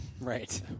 Right